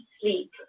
sleep